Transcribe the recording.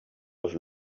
have